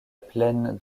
plaine